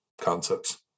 concepts